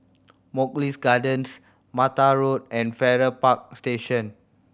Mugliston Gardens Mattar Road and Farrer Park Station